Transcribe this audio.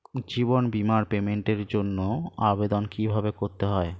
জীবন বীমার পেমেন্টের জন্য আবেদন কিভাবে করতে হয়?